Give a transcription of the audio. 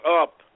up